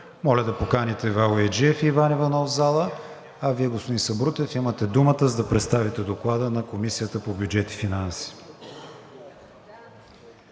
Моля да поканите Ивайло Яйджиев и Иван Иванов в залата. А Вие, господин Сабрутев, имате думата, за да представите Доклада на Комисията по бюджет и финанси.